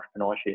entrepreneurship